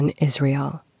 Israel